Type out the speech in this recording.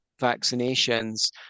vaccinations